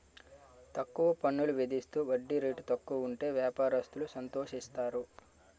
తక్కువ పన్నులు విధిస్తూ వడ్డీ రేటు తక్కువ ఉంటే వ్యాపారస్తులు సంతోషిస్తారు